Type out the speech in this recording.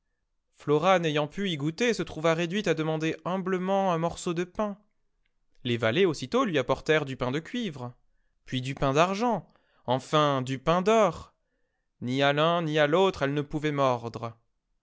flora n'ayant pu y goûter se trouva réduite à demander humblement un morceau de pain les valets aussitôt lui apportèrent du pain de cuivre puis du pain d'argent enfin du pain d'or ni à l'un ni à l'autre elle ne pouvait mordre